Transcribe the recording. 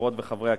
חברות וחברי הכנסת,